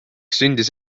sündis